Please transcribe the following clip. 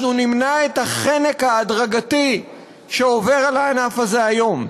אנחנו נמנע את החנק ההדרגתי שעובר הענף הזה כיום.